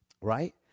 right